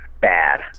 bad